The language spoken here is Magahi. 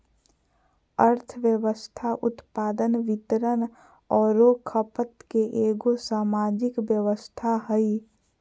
अर्थव्यवस्था उत्पादन, वितरण औरो खपत के एगो सामाजिक व्यवस्था हइ